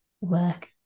work